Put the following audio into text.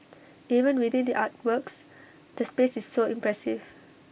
even without the artworks the space is so impressive